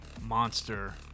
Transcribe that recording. monster